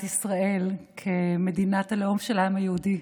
ישראל כמדינת הלאום של העם היהודי,